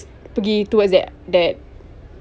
pergi towards that that